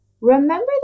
remember